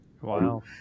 Wow